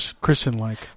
Christian-like